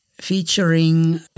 featuring